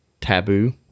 taboo